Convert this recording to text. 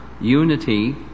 unity